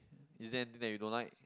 is there anything that you don't like